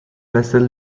vessel